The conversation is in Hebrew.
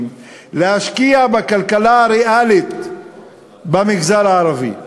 להשקיע בכלכלה הריאלית במגזר הערבי,